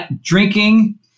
Drinking